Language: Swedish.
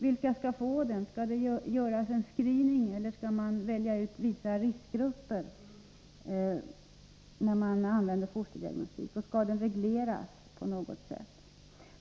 Vilka skall få den? Skall det göras en screening, eller skall man välja ut vissa riskgrupper? Skall fosterdiagnostiken regleras på något sätt?